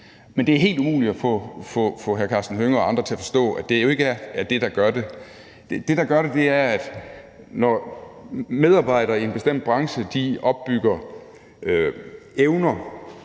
Men det er helt umuligt at få hr. Karsten Hønge og andre til at forstå, at det jo ikke er det, der gør det. Det, der gør det, er: Når medarbejdere i en bestemt branche opbygger evner,